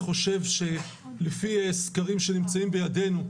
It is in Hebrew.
לפי סקרים שנמצאים בידינו,